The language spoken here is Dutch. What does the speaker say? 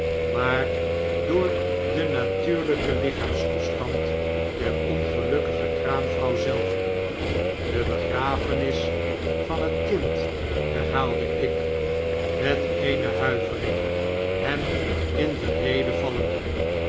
maar door den natuurlijken hchaamstoestand der ongelukkige kraamvrouw zelve de begrafenis van het kind herhaalde ik met eene huivering hem in de rede vallende